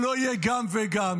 שלא יהיה גם וגם.